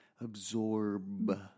absorb